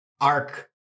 ARC